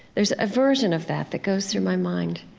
there's a version of that that goes through my mind.